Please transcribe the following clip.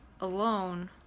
alone